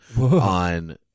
on